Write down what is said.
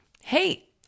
hey